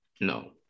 no